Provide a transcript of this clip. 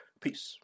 Peace